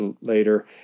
later